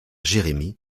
jérémy